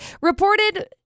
reported